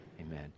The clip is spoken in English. Amen